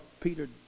Peter